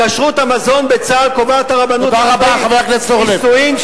את כשרות המזון בצה"ל קובעת הרבנות הצבאית,